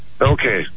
Okay